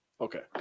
Okay